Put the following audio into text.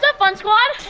but fun squad?